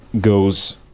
goes